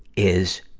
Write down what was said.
is,